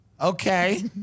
Okay